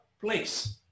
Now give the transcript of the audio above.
place